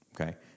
Okay